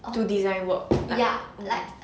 to design work mm